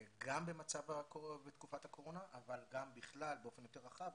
גם בתקופת הקורונה, אבל גם בכלל באופן יותר רחב.